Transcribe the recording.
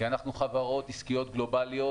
כי אנחנו חברות עסקיות גלובליות,